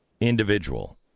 individual